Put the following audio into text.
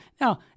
Now